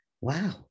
wow